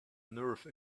nerve